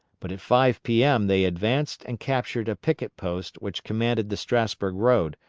but at five p m. they advanced and captured a picket-post which commanded the strasburg road,